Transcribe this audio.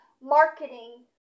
marketing